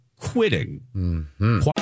quitting